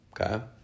Okay